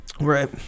right